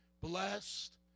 Blessed